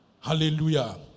Hallelujah